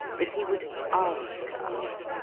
that he would ask us,